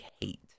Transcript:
hate